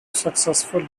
successful